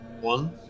One